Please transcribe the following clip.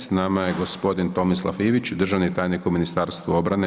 S nama je gospodin Tomislav Ivić, državni tajnik u Ministarstvu obrane.